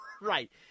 Right